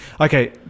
Okay